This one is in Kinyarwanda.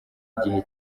gihe